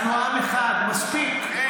אנחנו עם אחד, מספיק.